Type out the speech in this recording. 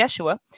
Yeshua